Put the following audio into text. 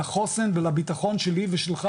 לחוסן ולביטחון שלי ושלך.